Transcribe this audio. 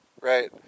right